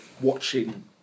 watching